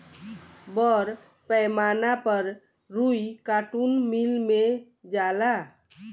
बड़ पैमाना पर रुई कार्टुन मिल मे जाला